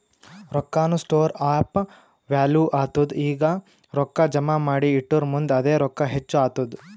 ರೊಕ್ಕಾನು store of value ಆತ್ತುದ್ ಈಗ ರೊಕ್ಕಾ ಜಮಾ ಮಾಡಿ ಇಟ್ಟುರ್ ಮುಂದ್ ಅದೇ ರೊಕ್ಕಾ ಹೆಚ್ಚ್ ಆತ್ತುದ್